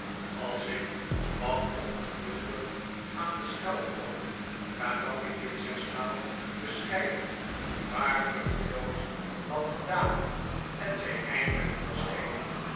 als ik wat ongeduldig aan de schel trok nadat ik dit zesmaal bescheiden maar vruchteloos had gedaan en zij eindelijk verscheen